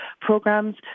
programs